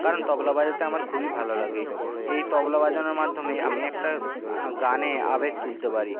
কারণ তবলা বাজাতে আমার খুবই ভালো লাগে এই তবলা বাজানোর মাধ্যমে আমি একটা গানে আবেগ তুলতে পারি